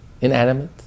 inanimate